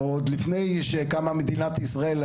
עוד לפני שקמה מדינת ישראל,